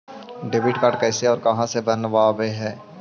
Debit card कैसे और कहां से बनाबे है?